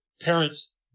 parents